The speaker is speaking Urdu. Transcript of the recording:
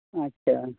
اچھا